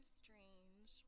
strange